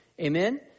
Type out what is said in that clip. amen